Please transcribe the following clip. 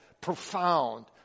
profound